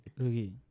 Okay